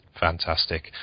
Fantastic